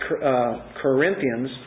Corinthians